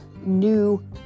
new